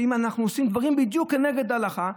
והינה אנחנו עושים דברים בדיוק כנגד ההלכה.